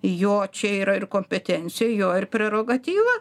jo čia yra ir kompetencija jo ir prerogatyva